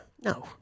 No